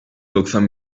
doksan